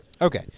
Okay